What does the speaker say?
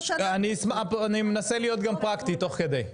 אני מנסה להיות גם פרקטי תוך כדי.